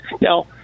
Now